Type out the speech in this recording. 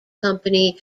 company